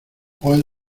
puedo